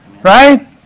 Right